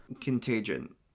Contagion